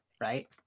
right